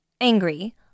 angry